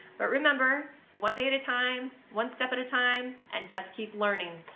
but remember one day at a time, one step at a time, and just keep learning.